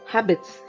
Habits